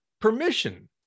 permission